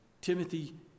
Timothy